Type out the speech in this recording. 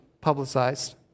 publicized